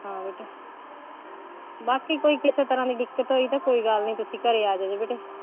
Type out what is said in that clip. ਹਾਂ ਬੇਟੇ ਬਾਕੀ ਕੋਈ ਕਿਸੇ ਤਰ੍ਹਾਂ ਦੀ ਦਿੱਕਤ ਹੋਈ ਤਾਂ ਕੋਈ ਗੱਲ ਨਹੀਂ ਤੁਸੀਂ ਘਰ ਆ ਜੋ ਜੀ ਬੇਟੇ